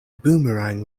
boomerang